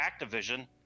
Activision